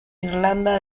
irlanda